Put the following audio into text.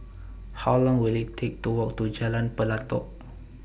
How Long Will IT Take to Walk to Jalan Pelatok